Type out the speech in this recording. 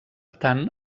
tant